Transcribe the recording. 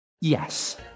Yes